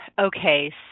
Okay